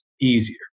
easier